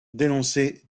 dénoncé